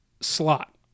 slot